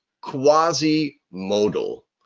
quasi-modal